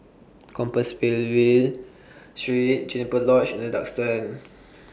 Compassvale Street Juniper Lodge and The Duxton